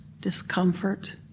discomfort